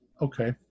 okay